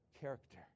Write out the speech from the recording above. character